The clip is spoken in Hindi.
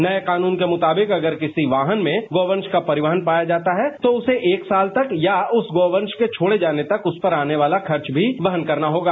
नए कानून के मुताबिक अगर किसी वाहन में गौ वंश का परिवहन पाया जाता है तो उसे एक साल तक या उस गौ वंश को छोड़े जाने तक उस पर आने वाला खर्च भी वहन करना होगा